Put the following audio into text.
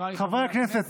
חבריי חברי הכנסת,